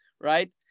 right